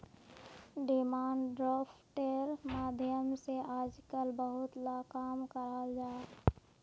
demand ड्राफ्टेर माध्यम से आजकल बहुत ला काम कराल जाहा